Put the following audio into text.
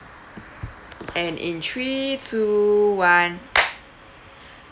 and in three two one